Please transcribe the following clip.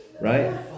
Right